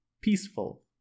peaceful